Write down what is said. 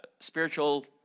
spiritual